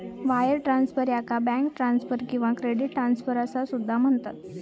wire transfer, याका bank transfer किंवा credit transfer असा सुद्धा म्हणतत